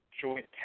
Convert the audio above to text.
joint